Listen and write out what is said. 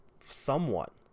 somewhat